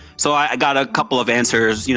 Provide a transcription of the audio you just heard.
so i got a couple of answers, you know